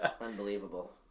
unbelievable